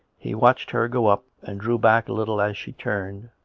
he watched her go up, and drew back a little as she turned,